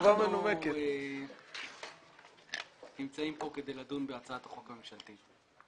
אנחנו נמצאים כאן כדי לדון בהצעת החוק הממשלתית.